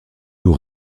aux